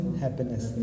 happiness